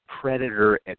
predator